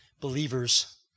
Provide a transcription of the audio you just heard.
believers